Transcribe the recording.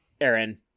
Aaron